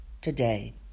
today